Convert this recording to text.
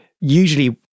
usually